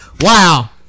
Wow